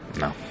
No